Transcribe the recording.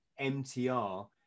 MTR